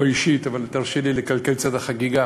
לא אישית, אבל תרשה לי לקלקל קצת את החגיגה.